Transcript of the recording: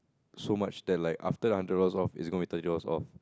so much that like after the hundred dollars off it's gonna be thirty dollars off